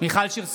מיכל שיר סגמן,